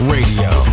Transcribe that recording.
Radio